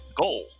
goal